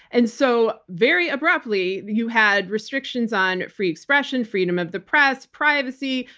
and so, very abruptly, you had restrictions on free expression, freedom of the press, privacy,